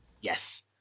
Yes